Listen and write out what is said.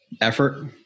effort